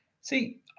see